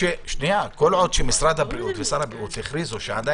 כל עוד משרד הבריאות ושר הבריאות הכריזו שעדין